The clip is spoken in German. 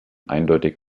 eindeutig